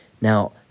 Now